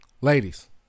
ladies